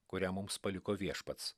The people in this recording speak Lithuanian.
kurią mums paliko viešpats